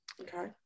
okay